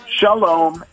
Shalom